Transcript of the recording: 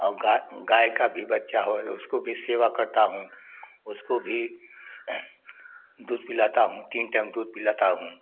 और गाय गाय का भी बच्चा होए उसको भी सेवा करता हूँ उसको भी दूध पिलाता हूँ तीन टैम दूध पिलाता हूँ